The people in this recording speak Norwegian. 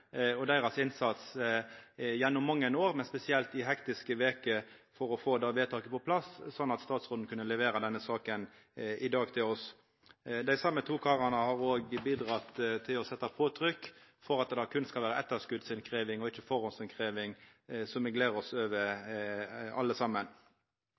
og med deira innsats gjennom mange år og for i hektiske veker å få vedtaket på plass, slik at statsråden kunne levera denne saka i dag til oss. Dei same to karane har òg bidratt til å øva påtrykk for at det berre skal vera etterskotsinnkrevjing og ikkje førehandsinnkrevjing, noko som me alle saman gler oss